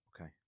Okay